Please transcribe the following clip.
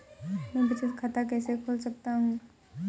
मैं बचत खाता कैसे खोल सकता हूँ?